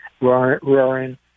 roaring